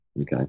Okay